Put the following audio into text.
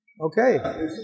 Okay